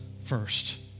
first